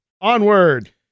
Onward